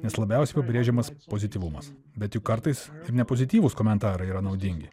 nes labiausiai pabrėžiamas pozityvumas bet juk kartais nepozityvūs komentarai yra naudingi